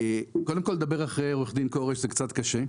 קודם כל לדבר אחרי עורך דין כורש זה קצת קשה.